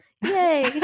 Yay